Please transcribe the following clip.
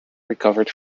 recovered